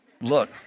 Look